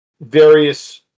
various